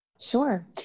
Sure